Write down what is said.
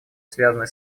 связанные